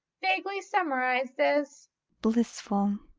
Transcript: vaguely summarised as blissful.